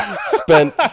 spent